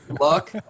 luck